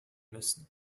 müssen